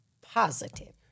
positive